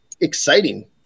exciting